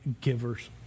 givers